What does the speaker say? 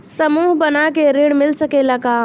समूह बना के ऋण मिल सकेला का?